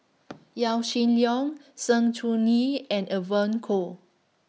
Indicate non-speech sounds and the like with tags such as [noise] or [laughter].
[noise] Yaw Shin Leong Sng Choon Yee and Evon Kow